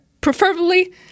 preferably